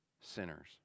sinners